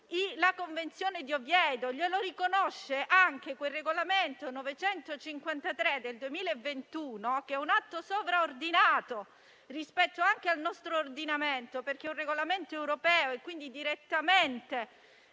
la Convenzione di Oviedo; glielo riconosce anche il Regolamento 2021/953, che è un atto sovraordinato rispetto anche al nostro ordinamento, perché è un regolamento europeo e, quindi, direttamente